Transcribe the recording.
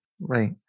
Right